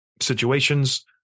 situations